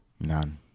None